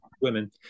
women